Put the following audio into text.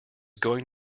going